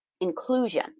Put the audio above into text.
inclusion